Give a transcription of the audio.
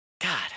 God